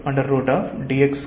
so dldx2dy2